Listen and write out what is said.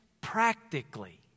practically